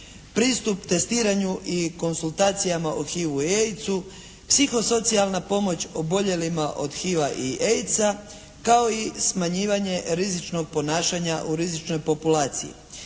pristup testiranju i konzultacijama o HIV-u i AIDS-u, psiho socijalna pomoć oboljelima od HIV-a i AIDS-a kao i smanjivanje rizičnog ponašanja u rizičnoj populaciji.